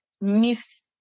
miss